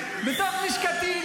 בתוך לשכתי,